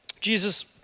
Jesus